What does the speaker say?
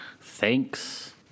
Thanks